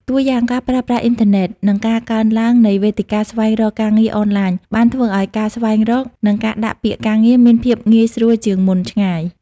តួយ៉ាងការប្រើប្រាស់អ៊ីនធឺណិត និងការកើនឡើងនៃវេទិកាស្វែងរកការងារអនឡាញ បានធ្វើឲ្យការស្វែងរក និងការដាក់ពាក្យការងារមានភាពងាយស្រួលជាងមុនឆ្ងាយ។